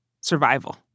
survival